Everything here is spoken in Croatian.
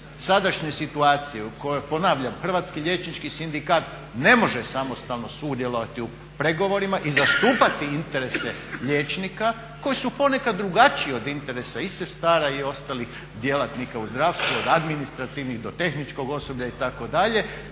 sadašnje situacije, u kojoj ponavljam, Hrvatski liječnički sindikat ne može samostalno sudjelovati u pregovorima i zastupati interese liječnika koji su ponekad drugačiji od interesa i sestara i ostalih djelatnika u zdravstvu, od administrativnih do tehničkog osoblja itd.